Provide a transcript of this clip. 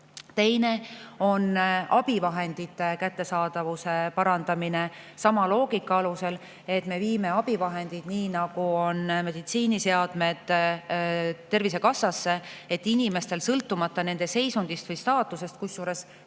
Teine on abivahendite kättesaadavuse parandamine sama loogika alusel: me viime abivahendid nii nagu meditsiiniseadmed Tervisekassasse, et inimestele, sõltumata nende seisundist või staatusest – kusjuures